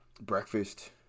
Breakfast